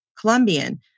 Colombian